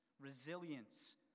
resilience